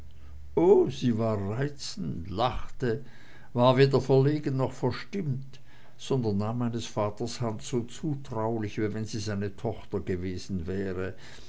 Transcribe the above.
oh sie war reizend lachte war weder verlegen noch verstimmt sondern nahm meines vaters hand so zutraulich wie wenn sie seine tochter gewesen wäre